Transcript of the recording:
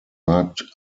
markt